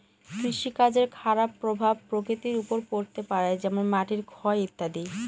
কৃষিকাজের খারাপ প্রভাব প্রকৃতির ওপর পড়তে পারে যেমন মাটির ক্ষয় ইত্যাদি